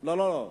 לא, לא.